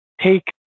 take